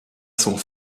sont